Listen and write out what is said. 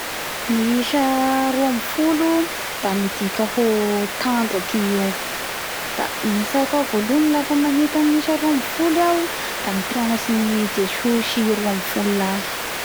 Ny isa roa ambifolo da midika ho tanjaky i io da nyatsaiko ao voalohany lafa mahita gnisa roa ambifolo iaho da ny mpianatsiny Jesosy roa ambifolo lahy